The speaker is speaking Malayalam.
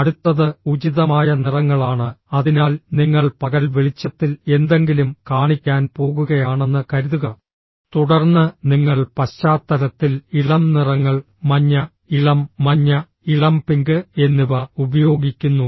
അടുത്തത് ഉചിതമായ നിറങ്ങളാണ് അതിനാൽ നിങ്ങൾ പകൽ വെളിച്ചത്തിൽ എന്തെങ്കിലും കാണിക്കാൻ പോകുകയാണെന്ന് കരുതുക തുടർന്ന് നിങ്ങൾ പശ്ചാത്തലത്തിൽ ഇളം നിറങ്ങൾ മഞ്ഞ ഇളം മഞ്ഞ ഇളം പിങ്ക് എന്നിവ ഉപയോഗിക്കുന്നു